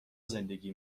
زندگی